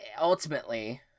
ultimately